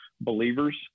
believers